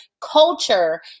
culture